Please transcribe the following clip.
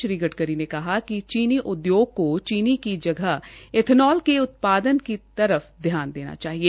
श्री गडकरी ने कहा कि चीनी उद्योग को चीनी की जगह एंथनौल के उत्पादन की तरफ ध्यान देना चाहिए